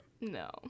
No